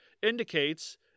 indicates